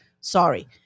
Sorry